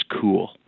cool